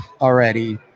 already